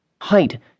Height